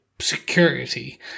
security